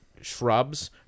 shrubs